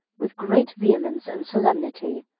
with great vehemence and solemnity,